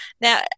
Now